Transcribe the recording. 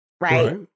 right